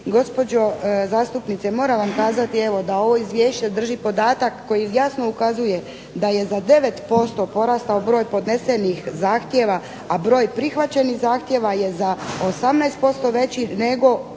Gospođo zastupnice moram vam kazati evo da ovo izvješće sadrži podatak koji jasno ukazuje da je za 9% porastao broj podnesenih zahtjeva, a broj prihvaćenih zahtjeva je za 18% veći nego